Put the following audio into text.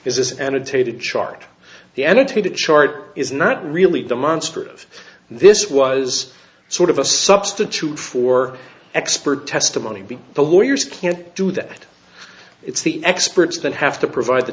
is this annotated chart the n t the chart is not really demonstrative this was sort of a substitute for expert testimony be the lawyers can't do that it's the experts that have to provide the